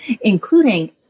including